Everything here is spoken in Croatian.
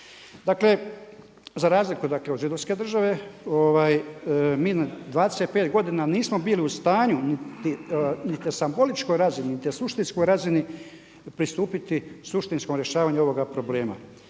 Dakle, za razliku od židovske države, mi 25 godina nismo bili u stanju, niti na simboličkoj razini niti na suštinskoj razini pristupiti suštinskom rješavanju ovoga problema.